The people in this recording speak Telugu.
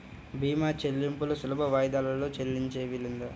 భీమా చెల్లింపులు సులభ వాయిదాలలో చెల్లించే వీలుందా?